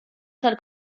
tal